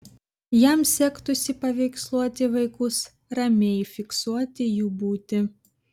jam sektųsi paveiksluoti vaikus ramiai fiksuoti jų būtį